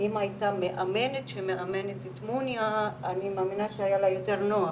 אם הייתה מאמנת שמאמנת את מוניה אני מאמינה שהיה לה יותר נוח,